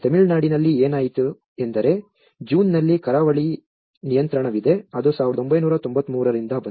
ತಮಿಳುನಾಡಿನಲ್ಲಿ ಏನಾಯಿತು ಎಂದರೆ ಜೂನ್ನಲ್ಲಿ ಕರಾವಳಿ ನಿಯಂತ್ರಣವಿದೆ ಅದು 1993 ರಿಂದ ಬಂದಿದೆ